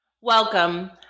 Welcome